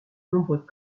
nombreux